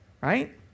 right